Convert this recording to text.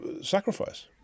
Sacrifice